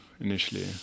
initially